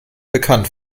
bekannt